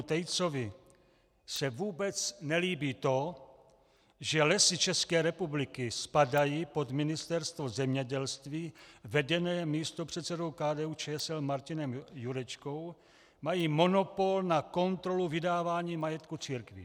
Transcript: Tejcovi se vůbec nelíbí to, že Lesy České republiky spadají pod Ministerstvo zemědělství vedené místopředsedou KDUČSL Marianem Jurečkou, mají monopol na kontrolu vydávání majetku církvím.